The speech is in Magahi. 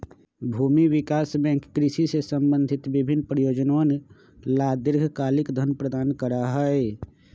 भूमि विकास बैंक कृषि से संबंधित विभिन्न परियोजनअवन ला दीर्घकालिक धन प्रदान करा हई